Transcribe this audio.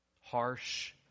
harsh